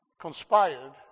conspired